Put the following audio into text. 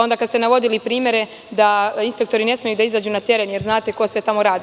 Onda kada ste navodili primere da inspektori ne smeju da izađu na teren jer zna se ko sve tamo radi.